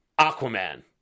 Aquaman